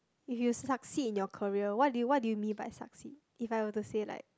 if you succeed in your career what do you what do you mean by succeed if I were to say like